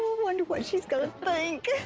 wonder what she's gonna think?